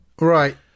Right